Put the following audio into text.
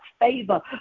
favor